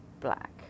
black